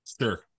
Sure